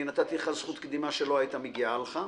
נתתי לך זכות קדימה שלא הייתה מגיעה לך,